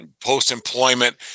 post-employment